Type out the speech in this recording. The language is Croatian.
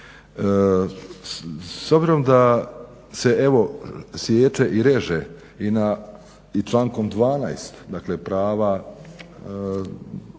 S obzirom da se evo siječe i reže i člankom 12.dakle